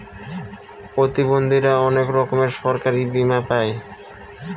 প্রতিবন্ধীরা অনেক রকমের সরকারি বীমা পাই